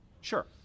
Sure